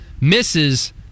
misses